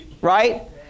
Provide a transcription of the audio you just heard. Right